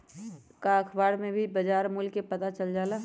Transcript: का अखबार से भी बजार मूल्य के पता चल जाला?